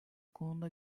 konuda